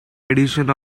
edition